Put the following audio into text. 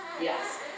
Yes